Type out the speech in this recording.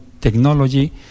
technology